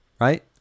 right